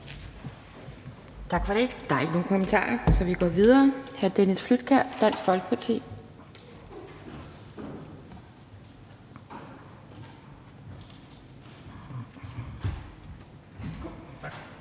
Tak for det. Der er ikke nogen kommentarer, så vi går videre. Hr. Dennis Flydtkjær, Dansk Folkeparti.